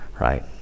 right